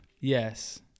Yes